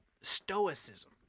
stoicism